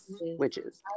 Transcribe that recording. witches